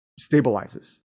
stabilizes